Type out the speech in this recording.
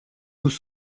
nous